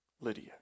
Lydia